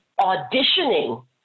auditioning